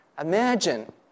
Imagine